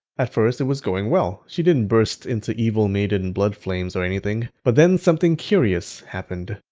at first, it was going well, she didn't burst into evil maiden blood flames or anything. but then something curious happened.